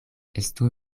estu